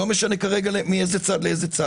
ולא משנה כרגע של איזה צד.